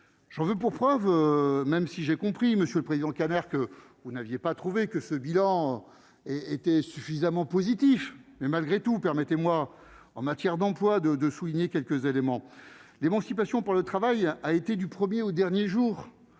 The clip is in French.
J'en veux pour preuve, même si j'ai compris, Monsieur le Président Carter que vous n'aviez pas trouvé que ce bilan était suffisamment positif mais malgré tout, permettez-moi en matière d'emploi de de souligner quelques éléments d'émancipation pour le travail a été du 1er au dernier jour